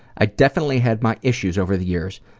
i definitely had my issues over the years,